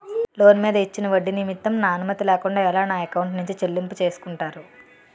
Loan మీద ఇచ్చిన ఒడ్డి నిమిత్తం నా అనుమతి లేకుండా ఎలా నా ఎకౌంట్ నుంచి చెల్లింపు చేసుకుంటారు?